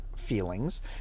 feelings